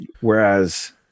whereas